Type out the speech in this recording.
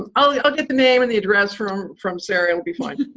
um i'll yeah i'll get the name and the address from from sarah. it'll be fine.